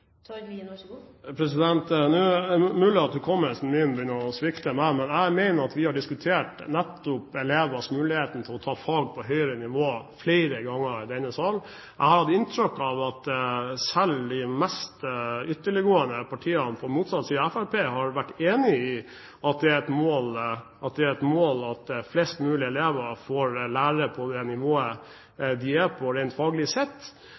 er mulig at hukommelsen min begynner å svikte, men jeg mener at vi flere ganger i denne sal har diskutert nettopp elevers mulighet til å ta fag på høyere nivå. Jeg har hatt inntrykk av at selv de mest ytterliggående partiene på motsatt side av Fremskrittspartiet har vært enig i at det er et mål at flest mulig elever får lære på det nivået de er på, rent faglig sett.